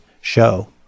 show